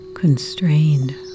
Constrained